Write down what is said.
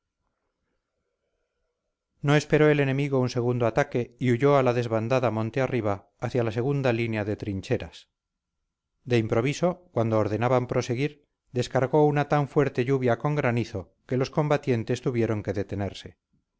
no esperó el enemigo un segundo ataque y huyó a la desbandada monte arriba hacia la segunda línea de trincheras de improviso cuando ordenaban proseguir descargó una tan fuerte lluvia con granizo que los combatientes tuvieron que detenerse